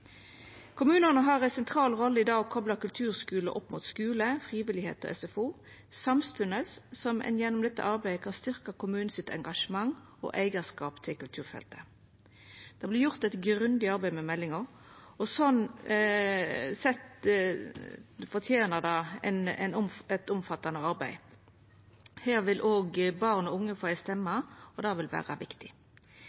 Kommunane har ei sentral rolle i det å kopla kulturskule opp mot skule, dei frivillige og SFO, samstundes som ein gjennom dette arbeidet kan styrkja engasjementet og eigarskap som kommunen har til kulturfeltet. Det vert gjort eit grundig arbeid med meldinga, og ho fortener eit omfattande arbeid. Her vil òg barn og unge få ei